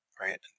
right